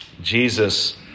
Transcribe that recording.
Jesus